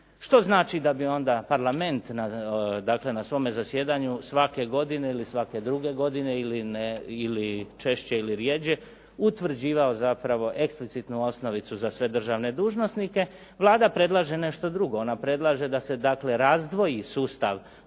što znači da bi onda Parlament dakle na svome zasjedanju svake godine ili svake druge godine ili češće ili rjeđe utvrđivao zapravo eksplicitnu osnovicu za sve državne dužnosnike. Vlada predlaže nešto drugo. Ona predlaže da se dakle razdvoji sustav